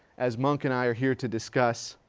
as mounk and i are here to discuss,